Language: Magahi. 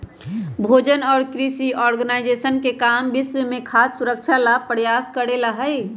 भोजन और कृषि ऑर्गेनाइजेशन के काम विश्व में खाद्य सुरक्षा ला प्रयास करे ला हई